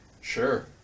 Sure